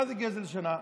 מה זה גזל שינה?